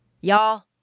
Y'all